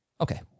Okay